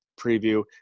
preview